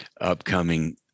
upcoming